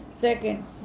Second